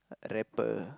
rapper